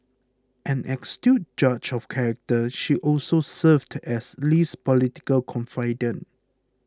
an astute judge of character she also served as Lee's political confidante